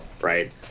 right